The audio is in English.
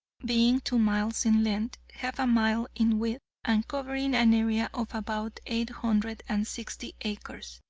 being two miles in length, half a mile in width and covering an area of about eight hundred and sixty acres.